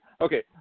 Okay